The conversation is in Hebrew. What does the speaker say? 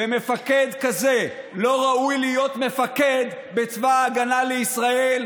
ומפקד כזה לא ראוי להיות מפקד בצבא ההגנה לישראל,